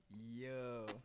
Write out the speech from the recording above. yo